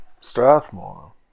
Strathmore